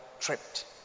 tripped